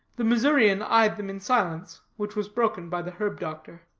the missourian eyed them in silence, which was broken by the herb-doctor.